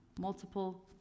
Multiple